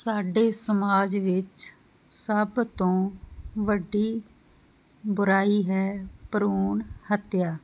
ਸਾਡੇ ਸਮਾਜ ਵਿੱਚ ਸਭ ਤੋਂ ਵੱਡੀ ਬੁਰਾਈ ਹੈ ਭਰੂਣ ਹੱਤਿਆ